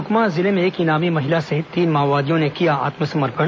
सुकमा जिले में एक इनामी महिला सहित तीन माओवादियों ने किया आत्मसमर्पण